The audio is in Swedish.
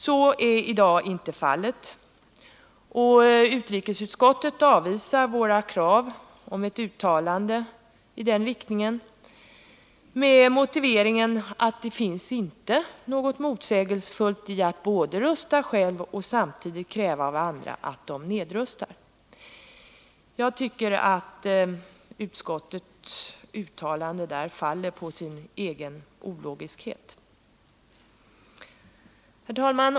Så är inte fallet i dag, och utrikesutskottet avvisar vårt krav om ett uttalande i den riktningen, med motiveringen att det inte finns något motsägelsefullt i att både rusta själv och samtidigt kräva av andra att de nedrustar. Utskottets uttalande faller på sin egen ologiskhet. Herr talman!